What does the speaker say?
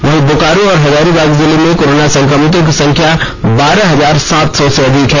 वहीं बोकारो और हजारीबाग जिले में कोरोना संक्रमितों की संख्या बारह हजार सात सौ से अधिक है